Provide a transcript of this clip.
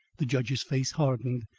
the judge's face hardened.